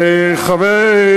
עכשיו,